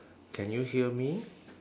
can you hear me